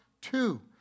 two